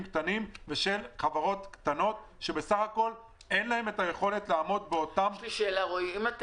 קטנים וחברות קטנות שאין להם יכולות לעמוד באותם תנאים.